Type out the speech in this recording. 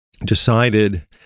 decided